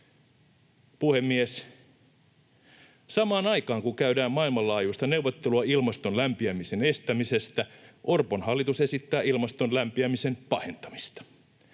Puhemies! Samaan aikaan, kun käydään maailmanlaajuista neuvottelua ilmaston lämpenemisen estämisestä, Orpon hallitus esittää ilmaston lämpenemisen pahentamista.